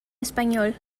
español